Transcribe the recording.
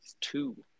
two